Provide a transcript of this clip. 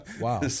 Wow